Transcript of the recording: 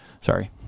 Sorry